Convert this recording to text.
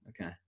Okay